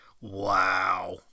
wow